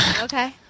Okay